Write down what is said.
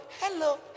hello